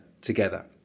together